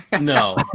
no